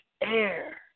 air